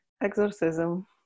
exorcism